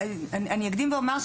אני אקדים ואומר,